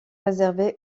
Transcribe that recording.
réservée